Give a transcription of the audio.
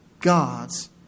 God's